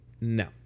No